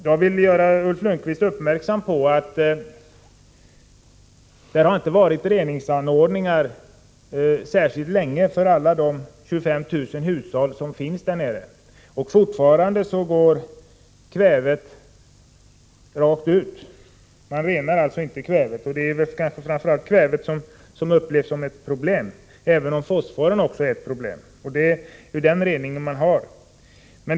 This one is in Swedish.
Jag vill göra Ulf Lönnqvist uppmärksam på att det inte har funnits reningsanordningar särskilt länge för alla de 25 000 hushållen i området, och fortfarande går kvävet rakt ut. Man renar alltså inte kvävet, som är det som kanske framför allt upplevs som ett problem, även om också fosforn är det. Men fosforrening har man.